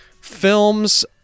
films